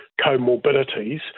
comorbidities